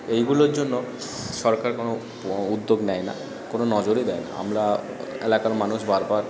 এইগুলোর জন্য সরকার কোনও উদ্যোগ নেয় না কোনও নজরই দেয় না আমরা এলাকার মানুষ বারবার